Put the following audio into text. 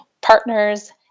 partners